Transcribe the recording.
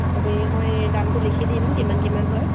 আপুনি মই দামটো লিখি দিম কিমান কিমান হয়